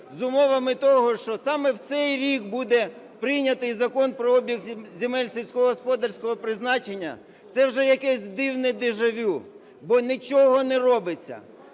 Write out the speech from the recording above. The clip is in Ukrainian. з умовами того, що саме в цей рік буде прийнятий Закон про обіг земель сільськогосподарського призначення, це вже якесь дивне дежавю, бо нічого не робиться.